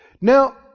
Now